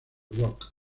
rock